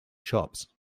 shops